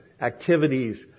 activities